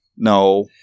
no